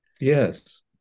Yes